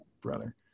brother